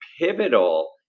pivotal